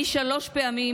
נבחרתי שלוש פעמים